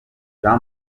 paul